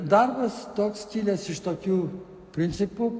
darbas toks kilęs iš tokių principų